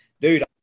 dude